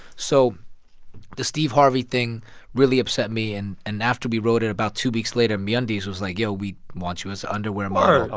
so the steve harvey thing really upset me. and and after we wrote it, about two weeks later, meundies was like, yo, we want you as an underwear model.